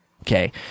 okay